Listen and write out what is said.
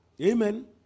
Amen